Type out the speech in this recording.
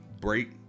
break